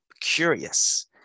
curious